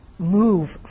Move